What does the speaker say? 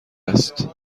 است